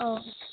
औ